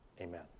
Amen